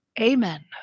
Amen